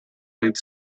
leads